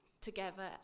together